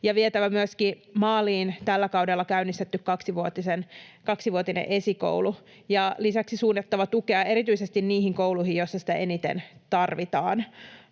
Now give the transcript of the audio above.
vietävä maaliin tällä kaudella käynnistetty kaksivuotinen esikoulu ja lisäksi suunnattava tukea erityisesti niihin kouluihin, joissa sitä eniten tarvitaan.